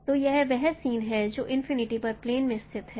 तो यह वह सीन है जो इनफिनिटी पर प्लेन में स्थित है